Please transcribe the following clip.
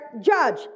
judge